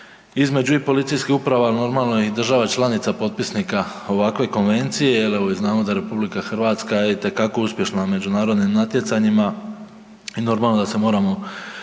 između i policijskih uprava normalno i država članica potpisnika ovakve konvencije jel, evo i znamo da RH je itekako uspješna na međunarodnim natjecanjima i normalno da se moramo